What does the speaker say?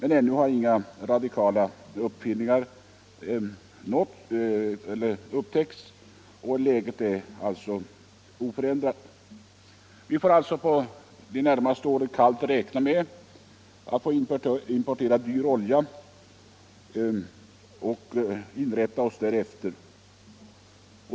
Men ännu har inga radikala uppfinningar gjorts och läget är alltså oförändrat. Vi får under de närmaste åren kallt räkna med att importera dyr olja och inrätta oss därefter.